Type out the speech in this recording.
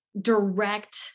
Direct